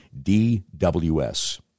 DWS